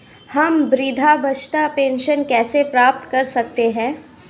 हम वृद्धावस्था पेंशन कैसे प्राप्त कर सकते हैं?